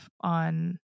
on